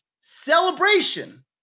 celebration